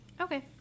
Okay